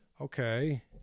Okay